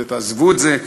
ו"תעזבו את זה",